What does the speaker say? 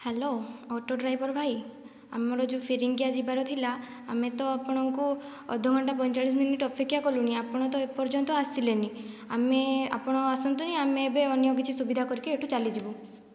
hello auto driver ଭାଇ ଆମର ଯେଉଁ ଫିରିଙ୍ଗିଆ ଯିବାର ଥିଲା ଆମେ ତ ଆପଣଙ୍କୁ ଅଧ ଘଣ୍ଟା ପଇଁଚାଳିଶ ମିନିଟ ଅପେକ୍ଷା କଲୁଣି ଆପଣ ତ ଏପର୍ଯ୍ୟନ୍ତ ଆସିଲେନି ଆମେ ଆପଣ ଆଉ ଆସନ୍ତୁନି ଆମେ ଏବେ ଅନ୍ୟ କିଛି ସୁବିଧା କରିକି ଏଠୁ ଚାଲିଯିବୁ